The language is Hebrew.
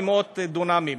מאות דונמים.